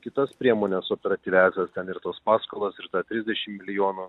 kitas priemones operatyviąsias ten ir tos paskolos ir tą trisdešim milijonų